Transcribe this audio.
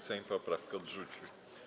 Sejm poprawkę odrzucił.